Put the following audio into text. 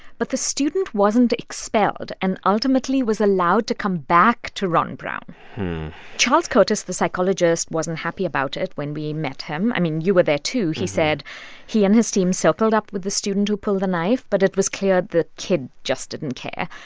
but the student wasn't expelled and, ultimately, was allowed to come back to ron brown charles curtis, the psychologist, wasn't happy about it when we met him. i mean, you were there, too. he said he and his team circled up with the student who pulled the knife, but it was clear the kid just didn't care.